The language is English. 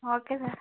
okay sir